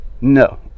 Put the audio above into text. No